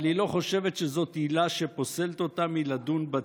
אבל היא לא חושבת שזו עילה שפוסלת אותה מלדון בתיק.